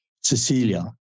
Cecilia